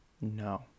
no